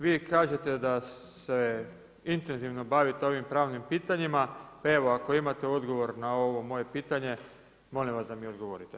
Vi kažete da se intenzivno bavite ovim pravnim pitanjima, pa evo ako imate odgovor na ovo moje pitanje, molim vas da mi odgovorite.